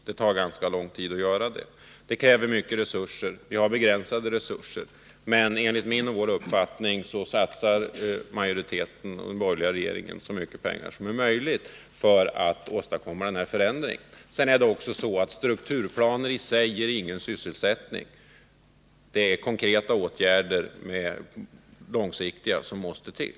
Det kräver mycket resurser, och de resurser vi har är begränsade. Enligt min uppfattning satsar majoriteten och den borgerliga regeringen så mycket pengar som är möjligt för att åstadkomma den förändringen. Vidare ger ju strukturplaner i sig ingen sysselsättning. Det är konkreta åtgärder med långsiktig verkan som måste till.